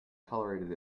tolerated